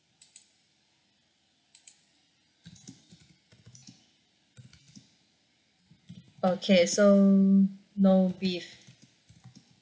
okay so no beef